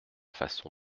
façon